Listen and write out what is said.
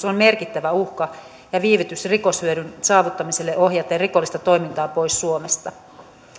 on merkittävä uhka ja viivytys rikoshyödyn saavuttamiselle ohjaten rikollista toimintaa pois suomesta